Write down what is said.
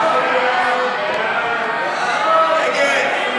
הוצאות מינהל מקרקעי ישראל, לשנת התקציב